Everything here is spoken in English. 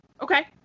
Okay